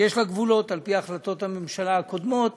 שיש לה גבולות, על פי החלטות הממשלה הקודמות,